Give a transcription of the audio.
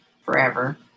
forever